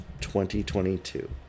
2022